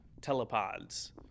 telepods